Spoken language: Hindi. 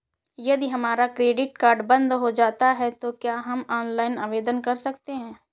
यदि हमारा क्रेडिट कार्ड बंद हो जाता है तो क्या हम ऑनलाइन आवेदन कर सकते हैं?